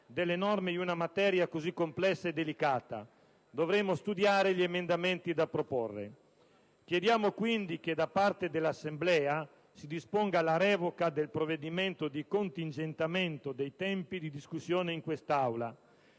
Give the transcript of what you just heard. delle norme in una materia così complessa e delicata; dovremmo studiare gli emendamenti da proporre. Chiediamo quindi che da parte dell'Assemblea si disponga la revoca del provvedimento di contingentamento dei tempi di discussione in quest'Aula.